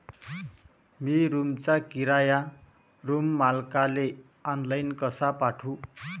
मी रूमचा किराया रूम मालकाले ऑनलाईन कसा पाठवू?